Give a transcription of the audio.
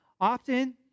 Often